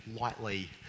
lightly